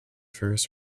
first